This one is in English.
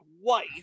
wife